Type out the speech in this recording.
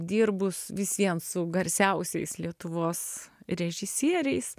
dirbus visvien su garsiausiais lietuvos režisieriais